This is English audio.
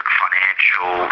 financial